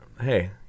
hey